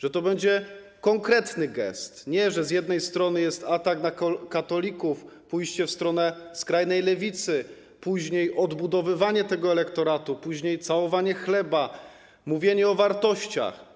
Że to będzie konkretny gest, nie, że z jednej strony jest atak na katolików, pójście w stronę skrajnej lewicy, później odbudowywanie tego elektoratu, później całowanie chleba, mówienie o wartościach.